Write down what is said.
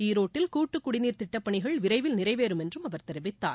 ஈரோட்டில் கூட்டு குடிநீர் திட்டப்பணிகள் விரைவில் நிறைவேறும் என்றும் அவர் தெரிவித்தார்